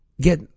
Get